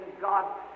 God